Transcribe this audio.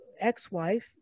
ex-wife